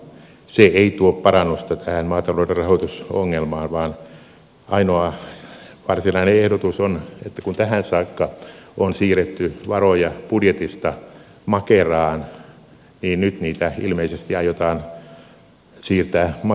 se ei tuo parannusta tähän maatalouden rahoitusongelmaan vaan ainoa varsinainen ehdotus on että kun tähän saakka on siirretty varoja budjetista makeraan niin nyt niitä ilmeisesti aiotaan siirtää makerasta budjettiin